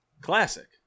Classic